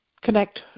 connect